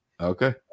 Okay